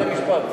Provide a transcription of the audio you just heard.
לפני משפט?